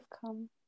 come